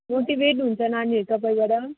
motivate हुन्छ नानीहरू तपाईँबाट